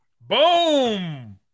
Boom